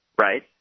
right